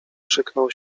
krzyknął